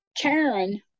Karen